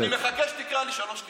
אז אני מחכה שתקרא אותי שלוש קריאות.